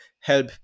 help